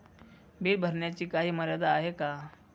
Bill भरण्याची काही मर्यादा आहे का?